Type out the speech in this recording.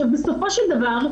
בסופו של דבר,